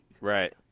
Right